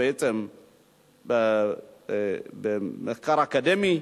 מחקר אקדמי,